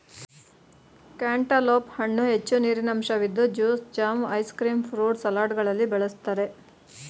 cantaloupe ಹಣ್ಣು ಹೆಚ್ಚು ನೀರಿನಂಶವಿದ್ದು juice, jam, ice cream, fruit ಸಲಾಡ್ಗಳಲ್ಲಿ ಬಳ್ಸತ್ತರೆ